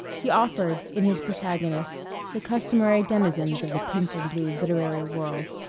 he offered, in his protagonists, the customary denizens of the pink-and-blue literary world,